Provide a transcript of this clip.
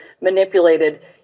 manipulated